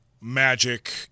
magic